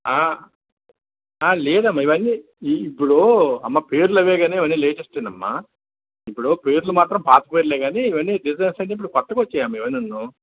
ఆ ఆ లేదు అమ్మా ఇవి అన్నీ ఇప్పుడూ అమ్మ పేర్లు అవే కాని అవి అన్నీ లెటెస్టే అమ్మా ఇప్పుడు పేర్లు మాత్రం పాత పేర్లే కాని ఇవి అన్నీ డిజైన్స్ అన్నీ ఇపుడు కొత్తగా వచ్చాయి అమ్మా ఇవి అన్నీనూ